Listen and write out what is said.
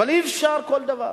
אבל אי-אפשר כל דבר.